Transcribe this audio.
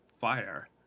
fire